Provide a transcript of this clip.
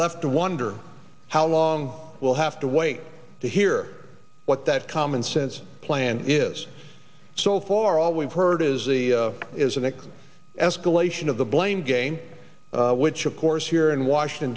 to wonder how long we'll have to wait to hear what that commonsense plan is so far all we've heard is the is an escalation of the blame game which of course here in washington